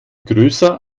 größer